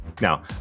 Now